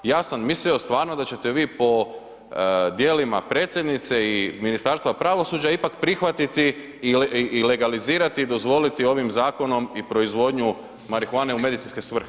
Ja sam mislio, stvarno da ćete vi po dijelima predsjednice i Ministarstva pravosuđa ipak prihvatiti i legalizirati, dozvoliti ovim zakonom i proizvodnju marihuane u medicinske svrhe.